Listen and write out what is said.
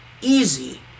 easy